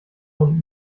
und